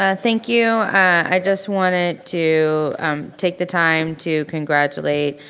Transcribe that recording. ah thank you. i just wanted to um take the time to congratulate,